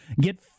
Get